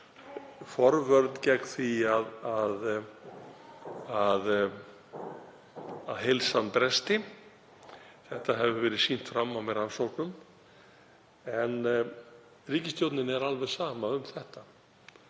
forvörn gegn því að heilsan bresti. Þetta hefur verið sýnt fram á með rannsóknum en ríkisstjórninni er alveg sama um það